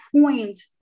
point